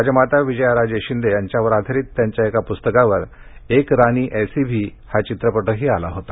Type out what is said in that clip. राजमाता विजया राजे शिंदे यांच्यावर आधारीत त्यांच्या एका प्स्तकावर एक रानी ऐसी भी हा चित्रपटही आला होता